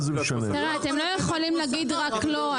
אתם לא יכולים להגיד רק לא.